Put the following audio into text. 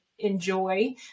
Enjoy